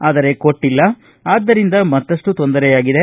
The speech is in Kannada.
ಅದು ಕೊಟ್ಟಲ್ಲ ಆದ್ದರಿಂದ ಮತ್ತಪ್ಟು ತೊಂದರೆಯಾಗಿದೆ